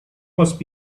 must